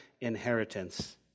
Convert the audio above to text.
inheritance